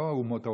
לא אומות העולם,